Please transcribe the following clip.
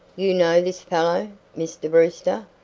you know this fellow, mr. brewster?